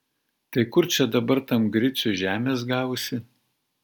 tai kur čia dabar tam griciui žemės gausi